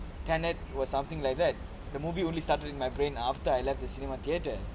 tenet was something like that the movie only started in my brain after I left the cinema theatre